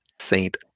Saint